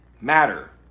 matter